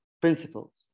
principles